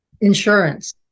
Insurance